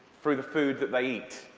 through the food that they eat.